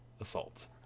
assault